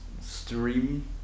stream